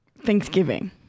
Thanksgiving